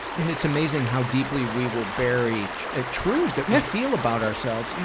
and it's amazing how deeply we will bury ah truths that we feel about ourselves,